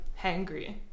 hangry